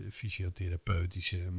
fysiotherapeutische